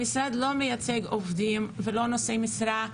המשרד לא מייצג עובדים ולא נושאי משרה,